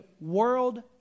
world